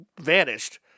vanished